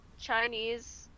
Chinese